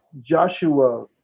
Joshua